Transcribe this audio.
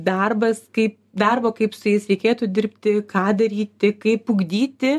darbas kaip darbo kaip su jais reikėtų dirbti ką daryti kaip ugdyti